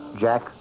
Jack